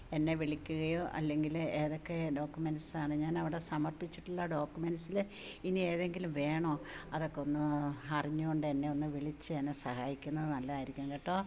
എന്നെ വിളിക്കുകയോ അല്ലെങ്കിൽ ഏതൊക്കെ ഡോക്യുമെന്റ്സാണ് ഞാനവിടെ സമര്പ്പിച്ചിട്ടുള്ള ഡോക്യുമെന്റ്സിൽ ഇനി ഏതെങ്കിലും വേണോ അതുക്കൊന്ന് അറിഞ്ഞു കൊണ്ടു തന്നെ ഒന്നു വിളിച്ച് എന്നെ സഹായിക്കുന്നത് നല്ലതായിരിക്കും കേട്ടോ